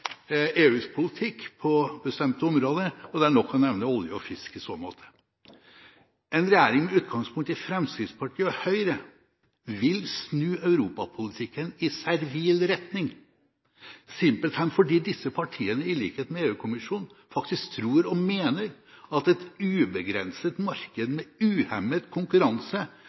EUs politikk på bestemte områder. Det er nok å nevne olje og fisk i så måte. En regjering med utgangspunkt i Fremskrittspartiet og Høyre vil snu europapolitikken i servil retning, simpelthen fordi disse partiene, i likhet med EU-kommisjonen, faktisk tror og mener at et ubegrenset marked med uhemmet konkurranse